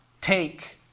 take